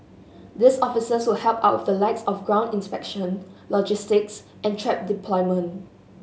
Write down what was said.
these officers will help out with the likes of ground inspection logistics and trap deployment